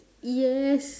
yes